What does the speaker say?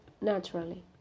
naturally